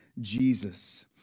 Jesus